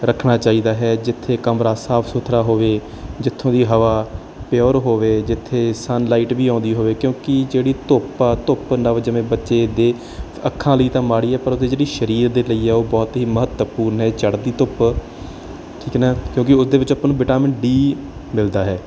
ਰੱਖਣਾ ਚਾਹੀਦਾ ਹੈ ਜਿੱਥੇ ਕਮਰਾ ਸਾਫ ਸੁਥਰਾ ਹੋਵੇ ਜਿੱਥੋਂ ਦੀ ਹਵਾ ਪਿਓਰ ਹੋਵੇ ਜਿੱਥੇ ਸਨਲਾਈਟ ਵੀ ਆਉਂਦੀ ਹੋਵੇ ਕਿਉਂਕਿ ਜਿਹੜੀ ਧੁੱਪ ਆ ਧੁੱਪ ਨਵਜੰਮੇ ਬੱਚੇ ਦੇ ਅੱਖਾਂ ਲਈ ਤਾਂ ਮਾੜੀ ਹੈ ਪਰ ਉਹਦੇ ਜਿਹੜੀ ਸਰੀਰ ਦੇ ਲਈ ਆ ਉਹ ਬਹੁਤ ਹੀ ਮਹੱਤਵਪੂਰਨ ਹੈ ਚੜ੍ਹਦੀ ਧੁੱਪ 'ਚ ਠੀਕ ਹੈ ਨਾ ਕਿਉਂਕਿ ਉਸਦੇ ਵਿੱਚ ਆਪਾਂ ਨੂੰ ਵਿਟਾਮਿਨ ਡੀ ਮਿਲਦਾ ਹੈ